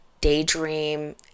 daydream